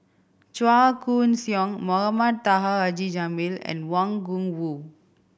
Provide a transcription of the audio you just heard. Chua Koon Siong Mohamed Taha Haji Jamil and Wang Gungwu